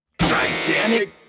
Gigantic